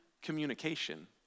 Communication